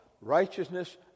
righteousness